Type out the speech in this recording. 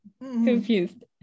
confused